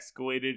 escalated